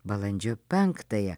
balandžio penktąją